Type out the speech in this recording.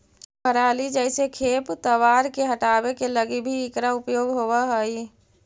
पराली जईसे खेप तवार के हटावे के लगी भी इकरा उपयोग होवऽ हई